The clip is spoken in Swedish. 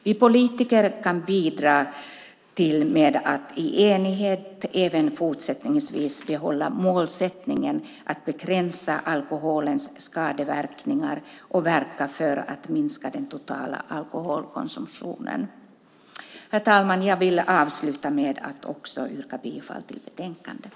Vi politiker kan bidra genom att i enighet även fortsättningsvis behålla målsättningen att begränsa alkoholens skadeverkningar och verka för att minska den totala alkoholkonsumtionen. Herr talman! Jag vill avsluta med att yrka bifall till utskottets förslag i betänkandet.